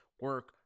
Work